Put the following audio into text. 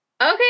okay